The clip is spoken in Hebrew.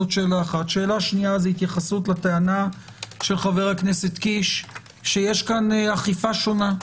שאלה שנייה זו התייחסות לטענה של חבר הכנסת קיש שיש כאן אכיפה שונה,